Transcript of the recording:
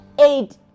eight